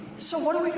so what are like